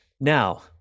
Now